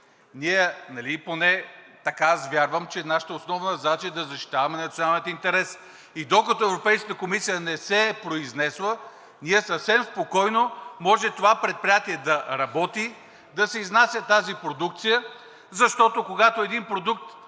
– поне така аз вярвам, че нашата основна задача е да защитаваме националния интерес и докато Европейската комисия не се е произнесла, съвсем спокойно това предприятие може да работи, да се изнася тази продукция, защото, когато един продукт